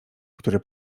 który